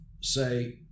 say